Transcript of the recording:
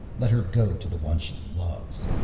let her go to the one she loves.